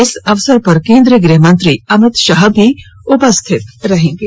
इस अवसर पर केन्द्रीय गृह मंत्री अमित शाह भी उपस्थित रहेंगे